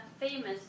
famous